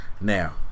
Now